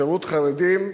שירות חרדים,